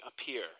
appear